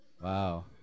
Wow